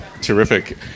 Terrific